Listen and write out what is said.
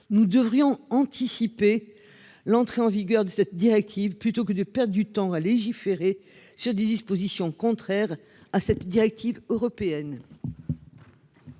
Nous devrions anticiper. L'entrée en vigueur de cette directive plutôt que de perdre du temps à légiférer sur des dispositions contraires à cette directive européenne.